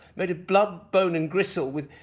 made of blood, bone, and gristle with.